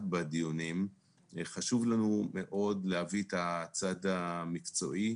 בדיונים חשוב מאוד להביא את הצד המקצועי,